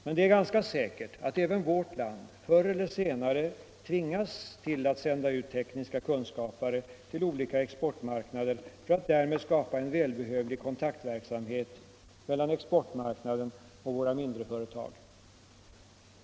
Men det är ganska säkert att även vårt land förr eller senare tvingas Näringspolitiken Mindre och medelstora företag Näringspolitiken Mindre och medelstora företag att sända ut tekniska kunskapare till olika exportmarknader för att därmed skapa en välbehövlig kontaktverksamhet mellan exportmarknaden och våra mindreföretag.